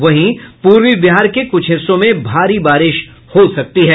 वहीं पूर्वी बिहार के कुछ हिस्सों में भारी बारिश हो सकती है